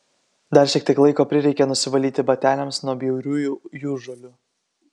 dar šiek tiek laiko prireikė nusivalyti bateliams nuo bjauriųjų jūržolių